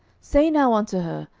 say now unto her,